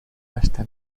hasta